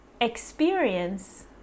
experience